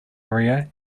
area